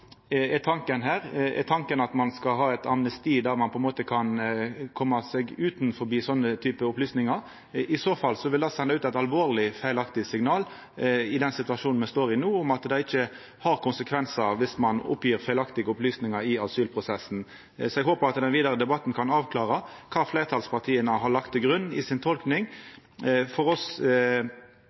er tanken her. Er tanken at ein skal ha eit amnesti, der ein på ein måte kan koma unna med den typen opplysningar? I så fall vil det senda ut eit alvorleg, feilaktig signal i den situasjonen me er i no, om at det ikkje får konsekvensar dersom ein gjev feilaktige opplysningar i asylprosessen. Så eg håper at den vidare debatten kan avklara kva fleirtalspartia har lagt til grunn i si tolking. For oss